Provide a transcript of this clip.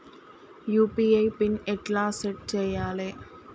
UPI PIN ఎట్లా set చేయాలే?